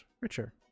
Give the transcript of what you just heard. richer